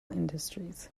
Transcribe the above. industries